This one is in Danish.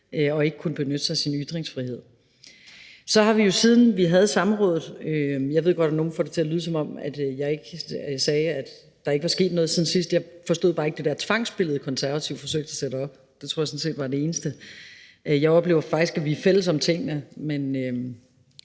og ikke kunne benytte sig af sin ytringsfrihed. Vi har så haft et samråd. Jeg ved godt, at nogle får det til at lyde, som om jeg sagde, at der ikke var sket noget siden sidst. Jeg forstod bare ikke det der tvangsbillede, Konservative forsøgte at sætte op. Det troede jeg sådan set var det eneste. Jeg oplever faktisk, at vi er fælles om tingene, men